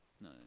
no